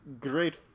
great